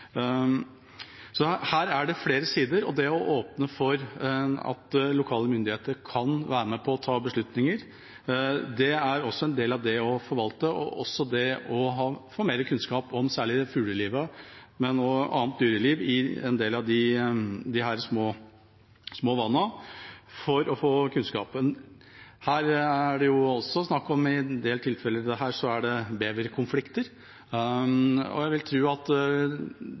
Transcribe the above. så her er det flere sider. Det å åpne for at lokale myndigheter kan være med på å ta beslutninger er en del av det å forvalte og å få mer kunnskap om særlig fuglelivet og annet dyreliv i en del av disse små vannene. I en del tilfeller her er det snakk om beverkonflikter. Jeg vil tro at det at flere kommer ut på vannene og tar dem i bruk, kan skape flere forsvarere av beveren, som også er